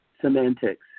semantics